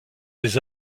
des